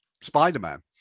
spider-man